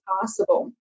possible